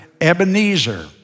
Ebenezer